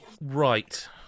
Right